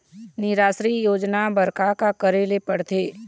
निराश्री योजना बर का का करे ले पड़ते?